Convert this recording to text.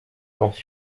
danse